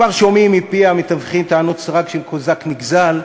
כבר שומעים מפי המתווכים טענות סרק של קוזק נגזל,